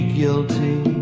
guilty